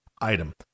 item